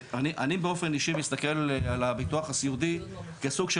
אני באופן אישי מסתכל על הביטוח הסיעודי כסוג של